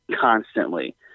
constantly